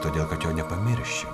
todėl kad jo nepamirščiau